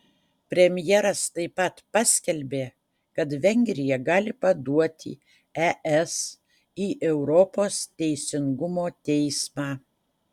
premjeras taip pat paskelbė kad vengrija gali paduoti es į europos teisingumo teismą